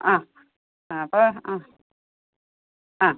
ആ ആ അപ്പൊ ആ ആ